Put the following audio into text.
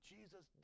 Jesus